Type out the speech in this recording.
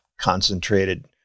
concentrated